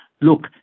look